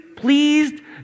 pleased